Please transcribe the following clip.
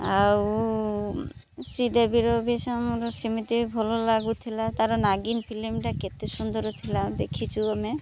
ଆଉ ଶ୍ରୀଦେବୀର ବି ସେମିତି ଭଲ ଲାଗୁଥିଲା ତାର ନାଗୀନ ଫିଲିମଟା କେତେ ସୁନ୍ଦର ଥିଲା ଦେଖିଚୁ ଆମେ